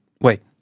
Wait